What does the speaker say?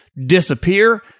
disappear